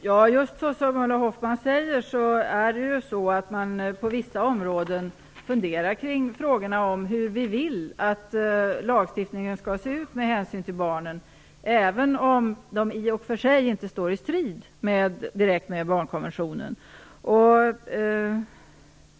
Herr talman! Som Ulla Hoffmann säger funderar man på vissa områden kring frågorna om hur vi vill att lagstiftningen med hänsyn till barnen skall se ut, även om lagstiftningen i och för sig inte direkt står i strid med barnkonventionen.